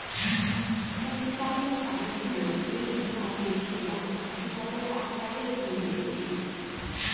পশুপালনের কাজের জন্য এই বীমার পরিষেবা দুহাজার পাঁচ সালে শুরু হয়েছিল